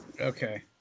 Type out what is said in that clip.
okay